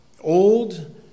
old